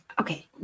Okay